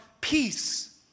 peace